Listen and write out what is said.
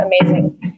amazing